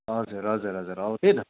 हजुर हजुर हजुर हो त्यही त